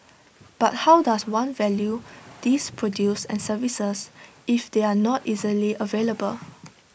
but how does one value these produce and services if they are not easily available